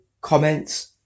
comments